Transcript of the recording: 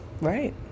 Right